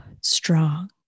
strong